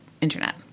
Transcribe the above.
internet